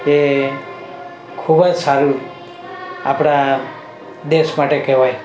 તે ખૂબ જ સારું આપણા દેશ માટે કહેવાય